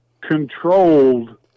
controlled